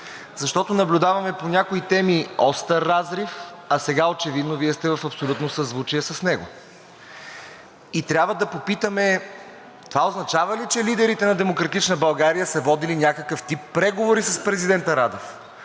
теми наблюдаваме остър разрив, а сега очевидно Вие сте в абсолютно съзвучие с него. И трябва да попитаме: това означава ли, че лидерите на „Демократична България“ са водили някакъв тип преговори с президента Радев?